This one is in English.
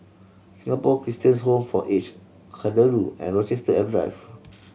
Singapore Christans Home for Aged Kadaloor and Rochester Drive